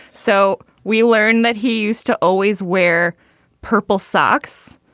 so we learned that he used to always wear purple socks.